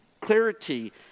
clarity